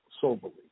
soberly